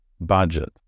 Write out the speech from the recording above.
Budget